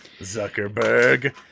Zuckerberg